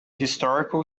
historical